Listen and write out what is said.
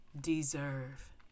deserve